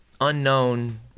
unknown